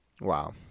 Wow